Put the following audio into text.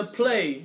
play